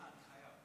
סליחה, אני חייב.